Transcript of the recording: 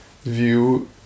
View